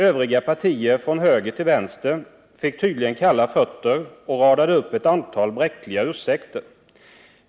Övriga partier från höger till vänster fick tydligen kalla fötter och radade upp ett antal bräckliga ursäkter.